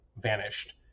vanished